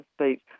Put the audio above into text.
speech